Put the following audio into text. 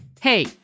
Hey